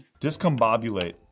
Discombobulate